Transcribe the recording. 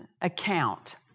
account